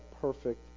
perfect